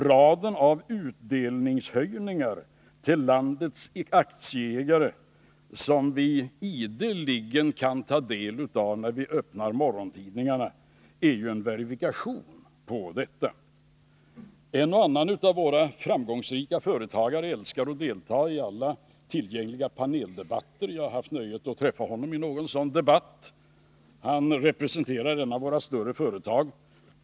Raden av utdelningshöjningar till landets aktieägare som vi ideligen kan ta del av när vi öppnar morgontidningarna är en verifikation på detta. En av våra framgångsrika företagare älskar att delta i alla tillgängliga paneldebatter — jag har haft nöjet att träffa honom i någon sådan debatt. Han representerar ett av våra större företag.